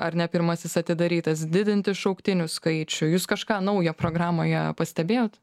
ar ne pirmasis atidarytas didinti šauktinių skaičių jūs kažką naujo programoje pastebėjot